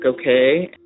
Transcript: okay